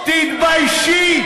תתביישי.